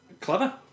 clever